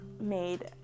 made